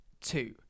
two